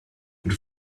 your